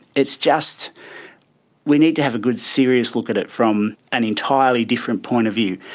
it's just we need to have a good serious look at it from an entirely different point of view.